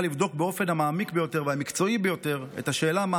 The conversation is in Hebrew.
לבדוק באופן המעמיק ביותר והמקצועי ביותר את השאלה מה